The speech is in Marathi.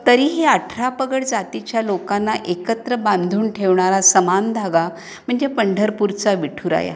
तरीही अठरापगड जातीच्या लोकांना एकत्र बांधून ठेवणारा समान धागा म्हणजे पंढरपूरचा विठुराया